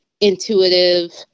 intuitive